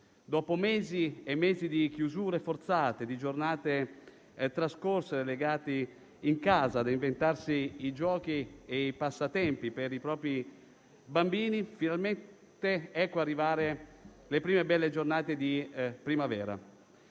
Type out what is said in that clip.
Dopo mesi e mesi di chiusure forzate e giornate trascorse relegati in casa a inventarsi giochi e passatempi per i propri bambini, finalmente ecco arrivare le prime belle giornate di primavera,